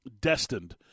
destined